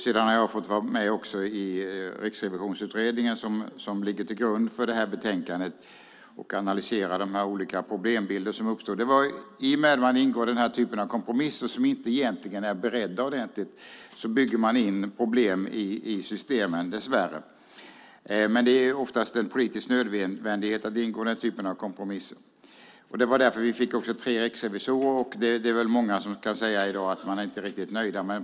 Jag har sedan varit med i Riksrevisionsutredningen, som ligger till grund för det här betänkandet, och har varit med och analyserat de problembilder som uppstod. I och med att man ingår den här typen av kompromisser som egentligen är ordentligt beredda bygger man dess värre in problem i systemen. Det är ofta en politisk nödvändighet att ingå den typen av kompromisser. Det var därför vi fick tre riksrevisorer. Det är många som i dag kan säga att de inte är riktigt nöjda.